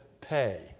pay